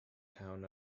town